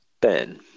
Ben